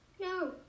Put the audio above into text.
No